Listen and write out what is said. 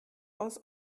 aus